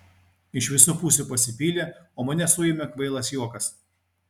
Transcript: iš visų pusių pasipylė o mane suėmė kvailas juokas